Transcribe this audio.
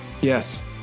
Yes